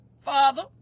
Father